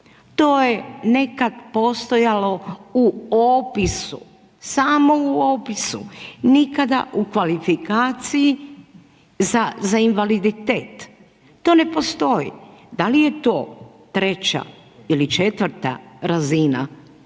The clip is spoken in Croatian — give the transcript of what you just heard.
To je nekad postojalo u opisu, samo u opisu, nikada u kvalifikaciji za invaliditet. To ne postoji. Da li je to treća ili četvrta razina